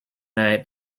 night